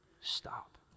stop